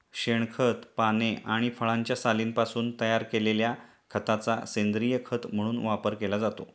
शेणखत, पाने आणि फळांच्या सालींपासून तयार केलेल्या खताचा सेंद्रीय खत म्हणून वापर केला जातो